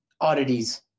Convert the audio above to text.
oddities